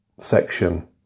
section